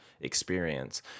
experience